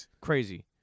crazy